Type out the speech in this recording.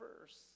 verse